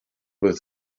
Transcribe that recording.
with